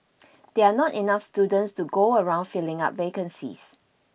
there are not enough students to go around filling up vacancies